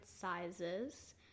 sizes